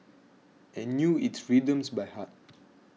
and knew its rhythms by heart